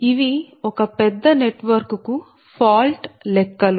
ఇవి ఒక పెద్ద నెట్వర్క్ కు ఫాల్ట్ లెక్కలు